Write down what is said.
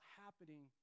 happening